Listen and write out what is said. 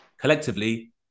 collectively